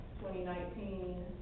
2019